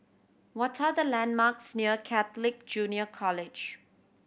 what are the landmarks near Catholic Junior College